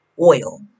oil